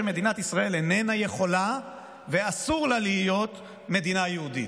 שמדינת ישראל אינה יכולה ואסור לה להיות מדינה יהודית.